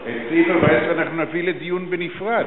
את סעיף 14 אנחנו נביא לדיון בנפרד,